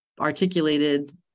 articulated